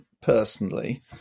personally